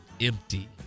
empty